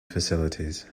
facilities